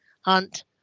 hunt